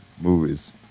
movies